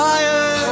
Fire